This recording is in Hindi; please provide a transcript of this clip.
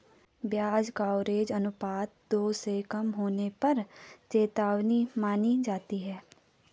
ब्याज कवरेज अनुपात दो से कम होने पर चेतावनी मानी जाती है